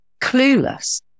clueless